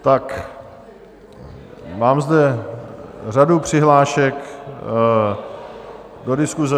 Tak, mám zde řadu přihlášek do diskuse.